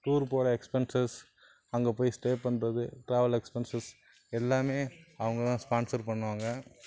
tour போகிற expenses அங்கே போய் ஸ்டே பண்ணுறது ட்ராவல் எக்ஸ்பன்சஸ் எல்லாமே அவங்கதான் ஸ்பான்சர் பண்ணுவாங்க